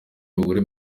abagore